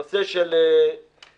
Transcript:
הנושא של נתח